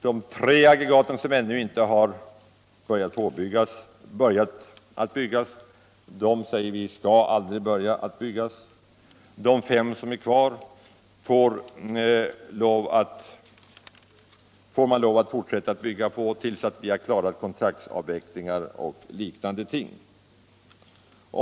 De tre aggregat som ännu inte börjat byggas skall, säger vi, aldrig börja byggas. De fem som är kvar får man lov att fortsätta att bygga ut tills vi har klarat kontraktsavvecklingar och liknande ting.